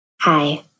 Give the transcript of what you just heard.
Hi